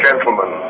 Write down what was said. Gentlemen